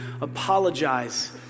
apologize